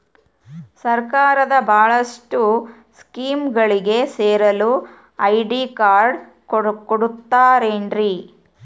ಸರ್ಕಾರದ ಬಹಳಷ್ಟು ಸ್ಕೇಮುಗಳಿಗೆ ಸೇರಲು ಐ.ಡಿ ಕಾರ್ಡ್ ಕೊಡುತ್ತಾರೇನ್ರಿ?